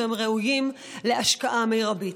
והם ראויים להשקעה מרבית.